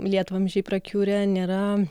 lietvamzdžiai prakiurę nėra